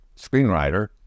screenwriter